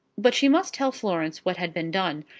but she must tell florence what had been done,